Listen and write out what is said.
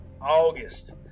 August